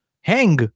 hang